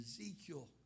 Ezekiel